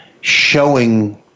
showing